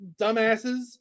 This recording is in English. dumbasses